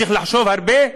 צריך לחשוב הרבה?